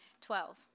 Twelve